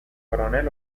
coronel